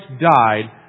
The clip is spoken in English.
died